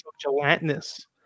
gelatinous